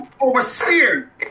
overseer